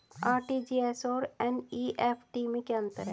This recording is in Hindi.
आर.टी.जी.एस और एन.ई.एफ.टी में क्या अंतर है?